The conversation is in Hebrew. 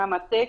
מהמטה,